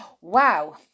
Wow